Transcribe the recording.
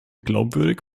glaubwürdig